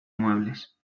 muebles